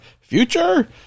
future